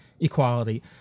equality